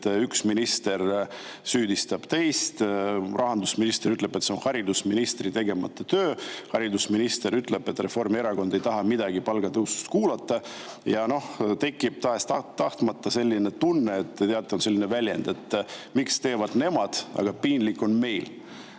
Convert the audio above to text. üks minister süüdistab teist. Rahandusminister ütleb, et see on haridusministri tegemata töö. Haridusminister ütleb, et Reformierakond ei taha palgatõusust midagi kuulda. Ja tahes-tahtmata tekib selline tunne – te teate, on selline väljend –, et miks teevad nemad, aga piinlik on meil.